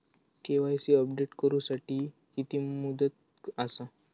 KYC update करू साठी किती मुदत आसा?